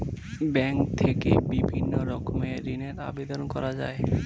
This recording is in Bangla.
ব্যাঙ্ক থেকে বিভিন্ন রকমের ঋণের আবেদন করা যায়